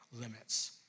limits